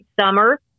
summer